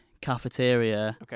cafeteria